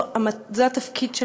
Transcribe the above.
זה התפקיד שלנו,